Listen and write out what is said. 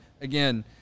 again